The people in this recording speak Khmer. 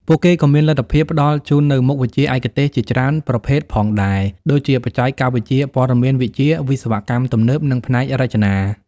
ពួកគេក៏មានលទ្ធភាពផ្តល់ជូននូវមុខវិជ្ជាឯកទេសជាច្រើនប្រភេទផងដែរ ដូចជាបច្ចេកវិទ្យាព័ត៌មានវិទ្យា វិស្វកម្មទំនើប និងផ្នែករចនា។